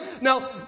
Now